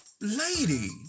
lady